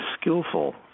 skillful